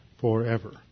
forever